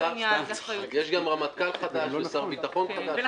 יש גם רמטכ"ל חדש ושר ביטחון חדש.